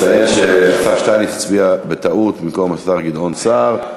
לציין שהשר שטייניץ הצביע בטעות במקום השר גדעון סער.